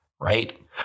Right